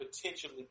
potentially